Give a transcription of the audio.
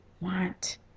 want